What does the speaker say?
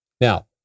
Now